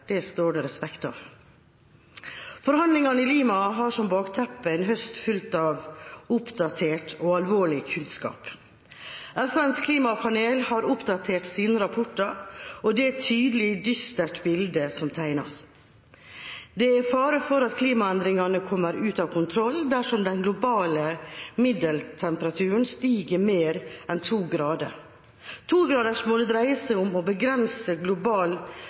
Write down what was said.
Det står det respekt av. Forhandlingene i Lima har som bakteppe en høst fulgt av oppdatert og alvorlig kunnskap. FNs klimapanel har oppdatert sine rapporter, og det er et tydelig dystert bilde som tegnes. Det er fare for at klimaendringene kommer ut av kontroll dersom den globale middeltemperaturen stiger mer enn to grader. Togradersmålet dreier seg om å begrense global